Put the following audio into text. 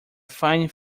fine